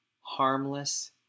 harmless